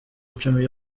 icumi